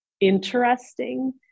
interesting